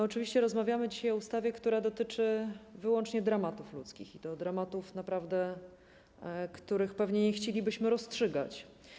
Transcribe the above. Oczywiście rozmawiamy dzisiaj o ustawie, która dotyczy wyłącznie dramatów ludzkich, i to dramatów, naprawdę, których pewnie nie chcielibyśmy rozstrzygać.